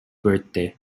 birthday